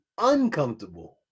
uncomfortable